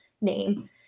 name